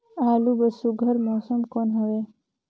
आलू बर सुघ्घर मौसम कौन हवे?